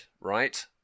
right